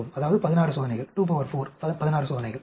அதாவது 16 சோதனைகள் 24 16 சோதனைகள்